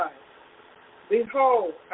Behold